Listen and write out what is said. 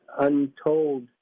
untold